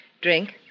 Drink